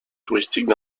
touristiques